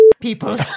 people